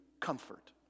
comfort